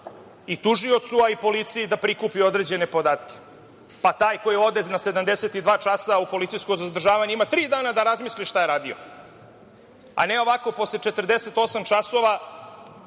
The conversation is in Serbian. i tužiocu, a i policiji da prikupi određene podatke, pa taj koji ode na 72 časa na policijsko zadržavanje ima tri dana da razmisli šta je radio, a ne ovako posle 48 časova,